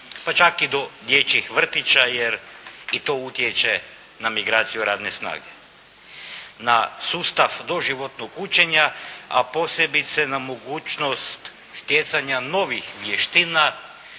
pa čak i do dječjih vrtića jer i to utječe na migraciju radne snage. Na sustav doživotnog učenja, a posebice na mogućnost stjecanja novih vještina